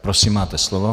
Prosím, máte slovo.